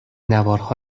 نوارها